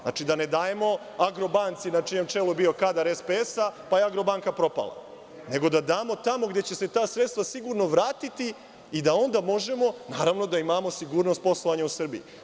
Znači, da ne dajemo „Agrobanci“ na čijem čelu je bio kadar SPS, pa je „Agrobanka“ propala, nego da damo tamo gde će se ta sredstva sigurno vratiti i da onda možemo da imamo sigurnost poslovana u Srbiji.